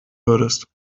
würdest